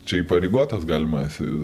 čia įpareigotas galima esi